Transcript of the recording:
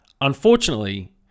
Unfortunately